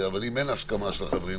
אבל אם אין הסכמה של החברים,